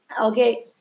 okay